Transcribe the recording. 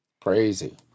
Crazy